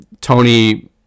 tony